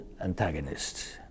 antagonists